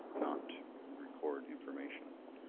not record information on.